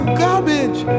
garbage